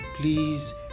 please